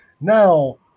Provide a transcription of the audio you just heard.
now